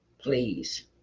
Please